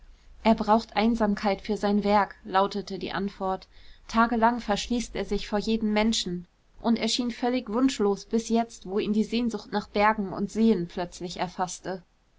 er braucht einsamkeit für sein werk lautete die antwort tagelang verschließt er sich vor jedem menschen und er schien völlig wunschlos bis jetzt wo ihn die sehnsucht nach bergen und seen plötzlich erfaßte